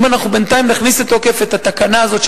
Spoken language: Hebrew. אם אנחנו בינתיים נכניס לתוקף את התקנה הזאת,